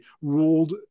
ruled